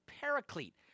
paraclete